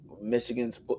Michigan's